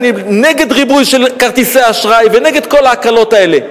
אני נגד ריבוי של כרטיסי אשראי ונגד כל ההקלות האלה,